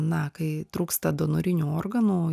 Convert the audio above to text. na kai trūksta donorinių organų